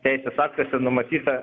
teisės aktuose numatyta